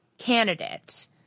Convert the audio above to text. candidate